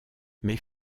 mais